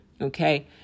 Okay